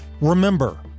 Remember